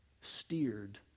steered